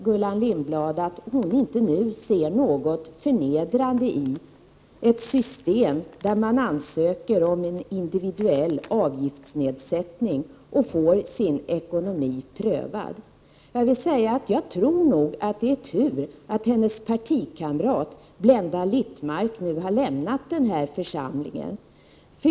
Gullan Lindblad säger att hon inte ser något förnedrande i ett system där man ansöker om en individuell avgiftsnedsättning och får sin ekonomi prövad. Jag tror att det är tur att hennes partikamrat Blenda Littmarck nu har lämnat denna församling.